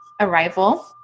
arrival